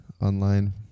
online